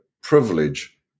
privilege